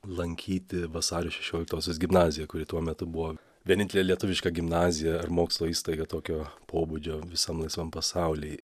lankyti vasario šešioliktosios gimnaziją kuri tuo metu buvo vienintelė lietuviška gimnazija ar mokslo įstaiga tokio pobūdžio visam laisvam pasauly